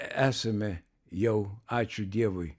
esame jau ačiū dievui